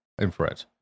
infrared